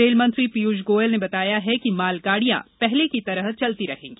रेलमंत्री पीयूष गोयल ने बताया है कि माल गाडियां पहले की तरह चलती रहेगी